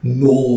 no